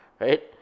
Right